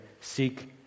Seek